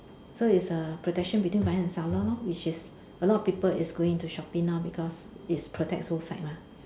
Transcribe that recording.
so it's a protection between buyer and seller lor which is a lot people is going into Shopee now because its protect both side mah